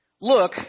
Look